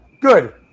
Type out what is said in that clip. Good